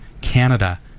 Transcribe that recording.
Canada